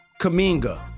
Kaminga